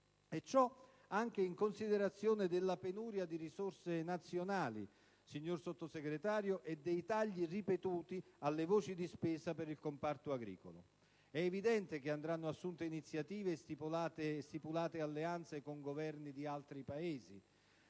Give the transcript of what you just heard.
ciò anche in considerazione della penuria di risorse nazionali e dei tagli ripetuti alle voci di spesa per il comparto agricolo. È evidente che andranno assunte iniziative e stipulate alleanze con Governi di altri Paesi